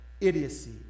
idiocy